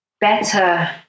better